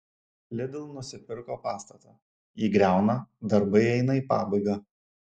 lidl nusipirko pastatą jį griauna darbai eina į pabaigą